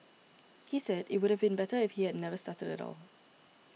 he said it would have been better if he had never started at all